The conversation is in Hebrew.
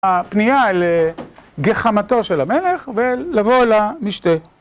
הפנייה אל גחמתו של המלך ולבוא אל המשתה.